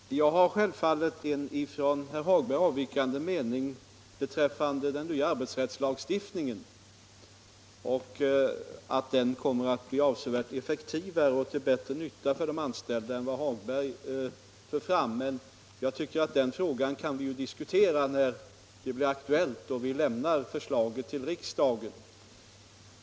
Herr talman! Jag har självfallet en från herr Hagbergs i Borlänge uppfattning avvikande mening beträffande den nya arbetsrättslagstiftningen och anser att den kommer att bli avsevärt effektivare och till bättre nytta för de anställda än vad herr Hagberg gör gällande. Men den frågan kan vi diskutera när regeringen lämnat förslaget till riksdagen.